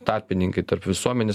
tarpininkai tarp visuomenės